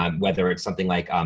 um whether it's something like, um